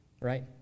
right